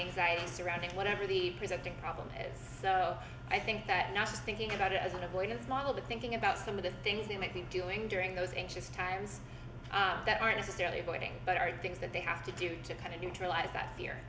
anxiety surrounding whatever the presenting problem is i think that not just thinking about it as an avoidance model but thinking about some of the things they might be doing during those anxious times that aren't necessarily voiding but are things that they have to do to kind of neutralize that fear